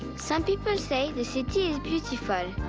some people say the city is beautiful.